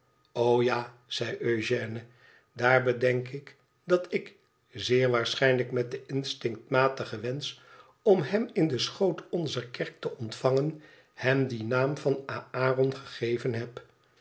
ja zei eugène daar bedenk ik dat ik zeer waarschijnlijk met den instinctmatigen wensch om hem in den schoot onzer kerk te ontvangen hem dien naam van aéiron gegeven heb